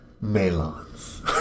Melons